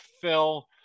Phil